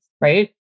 right